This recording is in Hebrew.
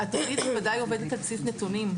התוכנית בוודאי עובדת על בסיס נתונים,